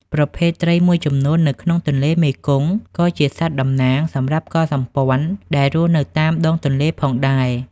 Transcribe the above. ប្រភេទត្រីមួយចំនួននៅក្នុងទន្លេមេគង្គ ក៏ជាសត្វតំណាងសម្រាប់កុលសម្ព័ន្ធដែលរស់នៅតាមដងទន្លេផងដែរ។